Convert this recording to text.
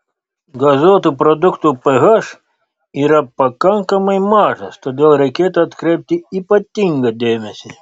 gazuotų produktų ph yra pakankamai mažas todėl reikėtų atkreipti ypatingą dėmesį